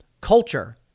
culture